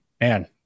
man